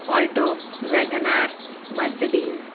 alto Wagon R Mercedes